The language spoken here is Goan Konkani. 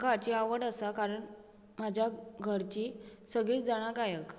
म्हाका हाची आवड आसा कारण म्हाज्या घरची सगळीं जाणां गायक